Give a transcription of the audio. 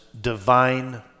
divine